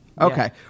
Okay